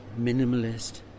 minimalist